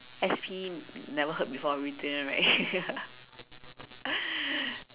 S_P never heard before retain [one] right